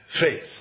faith